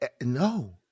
No